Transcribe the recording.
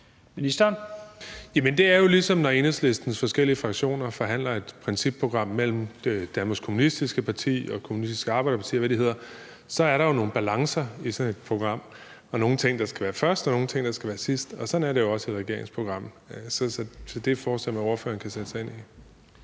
det er jo ligesom, når Enhedslistens forskellige fraktioner forhandler et principprogram mellem Danmarks Kommunistiske Parti og Kommunistisk Arbejderparti, og hvad de hedder. Så er der nogle balancer i sådan et program, og nogle ting, der skal være først, og nogle ting, der skal være sidst. Sådan er det også i et regeringsprogram. Så det forestiller jeg mig at ordføreren kan sætte sig ind i.